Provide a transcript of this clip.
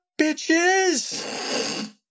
bitches